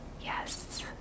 Yes